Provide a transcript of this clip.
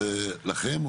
לכם?